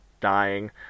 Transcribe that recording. dying